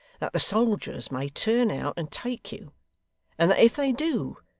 that the soldiers may turn out and take you and that if they do,